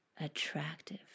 attractive